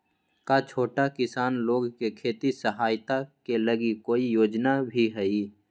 का छोटा किसान लोग के खेती सहायता के लगी कोई योजना भी हई?